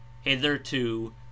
Hitherto